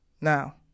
Now